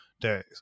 days